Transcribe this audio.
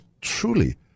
truly